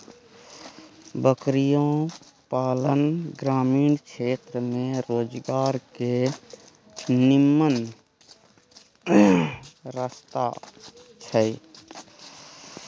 बकरियो पालन ग्रामीण क्षेत्र में रोजगार के निम्मन रस्ता छइ